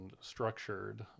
structured